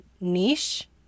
niche